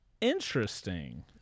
Interesting